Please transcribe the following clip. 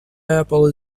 apple